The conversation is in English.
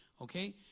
okay